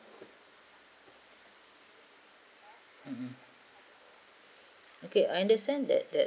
mm mm okay I understand that that